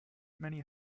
many